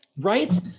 Right